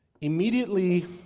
immediately